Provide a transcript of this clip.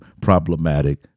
problematic